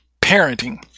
parenting